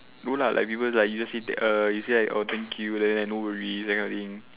no lah like people like you just say err you say like thank you like that no worries that kind of thing